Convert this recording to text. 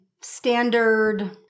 standard